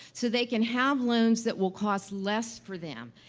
so they can have loans that will cost less for them.